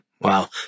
Wow